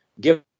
give